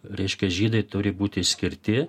reiškia žydai turi būti išskirti